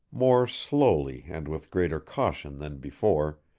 more slowly and with greater caution than before,